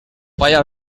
palla